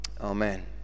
Amen